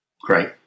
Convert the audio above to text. Great